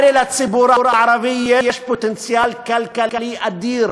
הרי לציבור הערבי יש פוטנציאל כלכלי אדיר.